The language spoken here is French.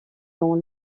dans